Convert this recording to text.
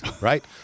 Right